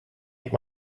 ate